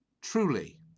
Truly